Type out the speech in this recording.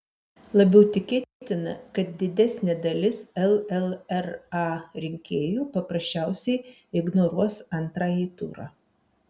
labiau tikėtina kad didesnė dalis llra rinkėjų paprasčiausiai ignoruos antrąjį turą